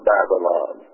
Babylon